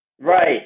right